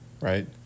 Right